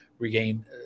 Regain